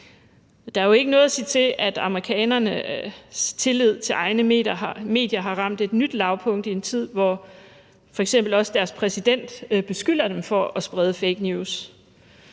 Der er jo ikke noget at sige til, at amerikanernes tillid til egne medier har ramt et nyt lavpunkt i en tid, hvor f.eks. også deres præsident beskylder dem for at sprede fake news.